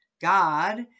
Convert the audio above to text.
God